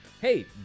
hey